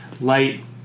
light